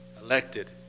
elected